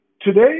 today